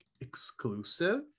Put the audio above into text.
exclusive